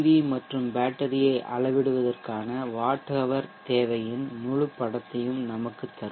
we மற்றும் பேட்டரியை அளவிடுவதற்கான வாட் ஹவர் தேவையின் முழுப் படத்தையும் நமக்குத் தரும்